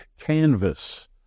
canvas